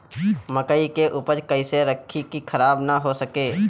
मकई के उपज कइसे रखी की खराब न हो सके?